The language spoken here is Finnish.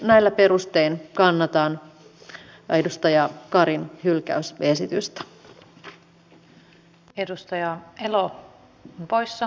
näillä perustein kannatan edustaja karin hylkäysesitystä